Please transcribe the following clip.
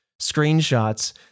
screenshots